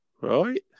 Right